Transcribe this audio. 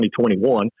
2021